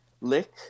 lick